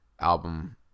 album